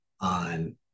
on